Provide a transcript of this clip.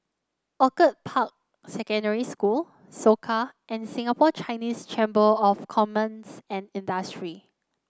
Orchid Park Secondary School Soka and Singapore Chinese Chamber of Commerce and Industry